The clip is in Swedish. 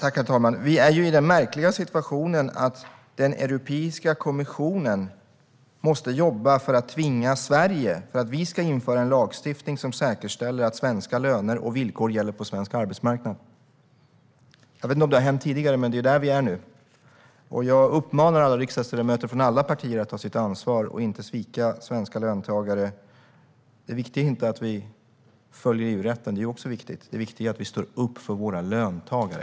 Herr talman! Vi är i den märkliga situationen att Europeiska kommissionen måste jobba för att tvinga Sverige att införa en lagstiftning som säkerställer att svenska löner och villkor gäller på svensk arbetsmarknad. Jag vet inte om det har hänt tidigare, men det är där vi är nu. Jag uppmanar alla riksdagsledamöter från alla partier att ta sitt ansvar och inte svika svenska löntagare. Det viktiga är inte att vi följer EU-rätten - det är också viktigt. Det viktiga är att vi står upp för våra löntagare.